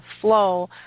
flow